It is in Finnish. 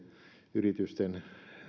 yritysten